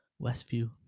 Westview